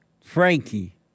Frankie